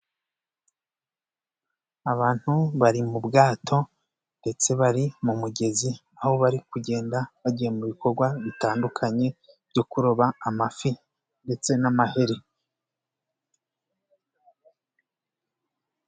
Abantu bari mu bwato ndetse bari mu mugezi. Aho bari kugenda bagiye mu bikorwa bitandukanye byo kuroba amafi ndetse n'amaheri.